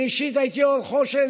אני אישית הייתי אורחו של